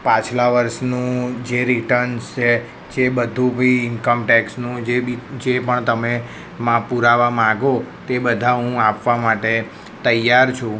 પાછલા વર્ષનું જે રિટન્સ છે જે બધું બી ઇન્કમ ટેક્સનું જે બી જે પણ તમે માં પુરાવા માંગો તે બધાં હું આપવા માટે તૈયાર છું